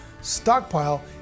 stockpile